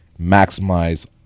maximize